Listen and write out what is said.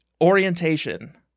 orientation